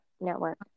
Network